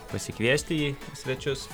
pasikviesti jį į svečius